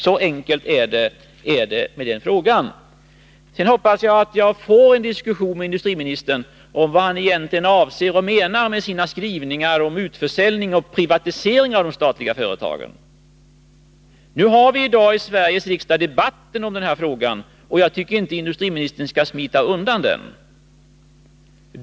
Så enkelt är det. Jag hoppas att jag får en diskussion med industriministern om vad han egentligen menar med sina skrivningar om utförsäljning och privatisering av de statliga företagen. Vi för i dag i Sveriges riksdag debatten om den frågan, och jag tycker inte att industriministern skall smita undan den.